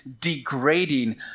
degrading